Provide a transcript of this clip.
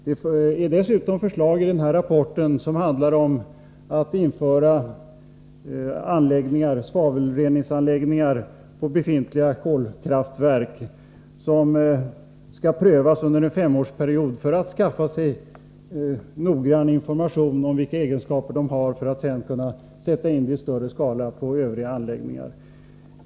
Det finns dessutom förslag i rapporten som går ut på att man skall införa svavelreningsanläggningar på befintliga kolkraftverk. Dessa reningsanläggningar skall prövas under en femårsperiod så att man skall kunna skaffa sig noggrann information om vilka egenskaper de har, för att sedan kunna sätta in dem i större skala på olika håll.